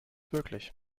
wirklich